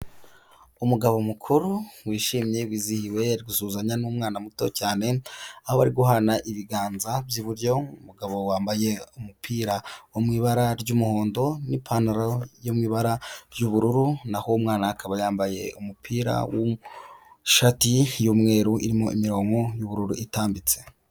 Umugabo mukuru wishimye wizihiwe ari gusuzanya n'umwana muto cyane, aho bari guhana ibiganza by'iburyo, umugabo wambaye umupira wo mu ibara ry'umuhondo n'ipantaro yo mu ibara ry'ubururu, naho umwana akaba yambaye umupira w'ishati y'umweru irimo imirongo y'ubururu itambitse.